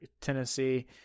Tennessee